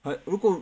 uh 如果